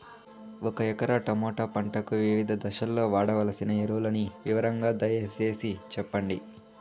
ఒక ఎకరా టమోటా పంటకు వివిధ దశల్లో వాడవలసిన ఎరువులని వివరంగా దయ సేసి చెప్పండి?